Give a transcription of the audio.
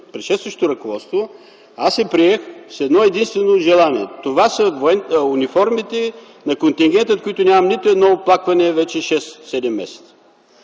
предшестващото ръководство. Аз я приех с едно единствено желание и това са униформи на контингента, от които нямам нито едно оплакване вече 6-7 месеца,